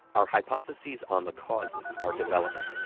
our hypotheses on the causes are developing.